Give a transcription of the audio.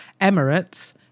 Emirates